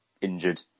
injured